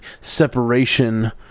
separation